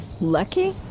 Lucky